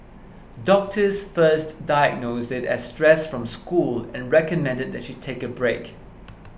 doctors first diagnosed it as stress from school and recommended that she take a break